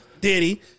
Diddy